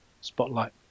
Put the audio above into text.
spotlight